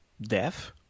death